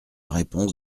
réponse